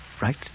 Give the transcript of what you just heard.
Right